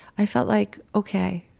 i felt like, okay,